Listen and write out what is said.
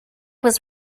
was